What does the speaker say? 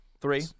Three